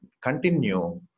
continue